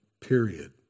period